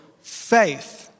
faith